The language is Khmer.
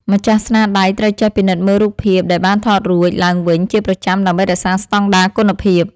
ម្ចាស់ស្នាដៃត្រូវចេះពិនិត្យមើលរូបភាពដែលបានថតរួចឡើងវិញជាប្រចាំដើម្បីរក្សាស្តង់ដារគុណភាព។